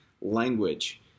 language